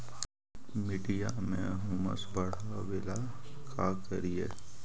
मिट्टियां में ह्यूमस बढ़ाबेला का करिए?